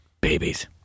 Babies